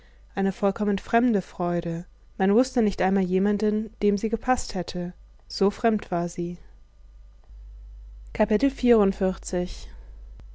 eine vollkommen fremde freude man wußte nicht einmal jemanden dem sie gepaßt hätte so fremd war sie